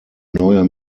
neuer